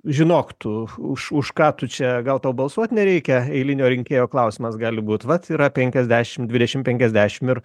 žinok tu už už ką tu čia gal tau balsuot nereikia eilinio rinkėjo klausimas gali būt vat yra penkiasdešim dvidešim penkiasdešim ir